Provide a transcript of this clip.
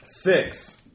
Six